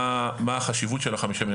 מה החשיבות של החמישים אחוז,